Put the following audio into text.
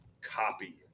copy